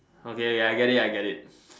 okay ya I get it I get it